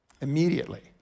immediately